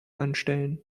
anstellen